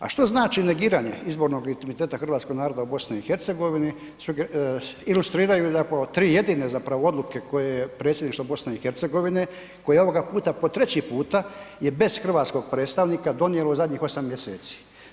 A što znači negiranje izbornog legitimiteta hrvatskog naroda u BiH? ilustriraju 3 jedine zapravo odluke koje je Predsjedništvo BiH, koje ovoga puta po 3. puta je bez hrvatskog predstavnika donijelo zadnjih 8 mjeseci.